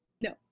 no